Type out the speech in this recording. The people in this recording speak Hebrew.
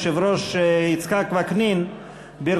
אני קובע כי הצעת החוק אושרה בקריאה טרומית ותועבר